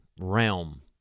realm